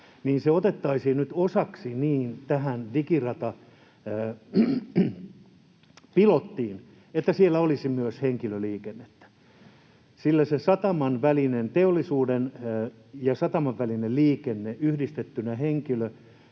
niin se otettaisiin nyt osaksi tähän Digirata-pilottiin, niin että siellä olisi myös henkilöliikennettä, sillä se teollisuuden ja sataman välinen liikenne yhdistettynä